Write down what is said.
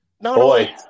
boy